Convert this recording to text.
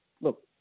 look